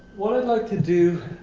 what i'd like to do,